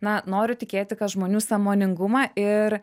na noriu tikėti kad žmonių sąmoningumą ir